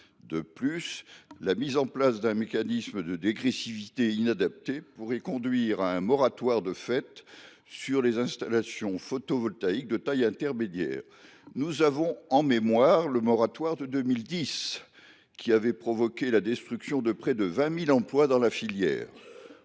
De plus, la mise en place d’un mécanisme de dégressivité inadapté pourrait conduire à un moratoire de fait sur les installations photovoltaïques de taille intermédiaire. Nous avons en mémoire le moratoire de 2010, qui avait provoqué la destruction de près de 20 000 emplois dans la filière.